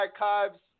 archives